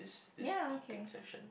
ya okay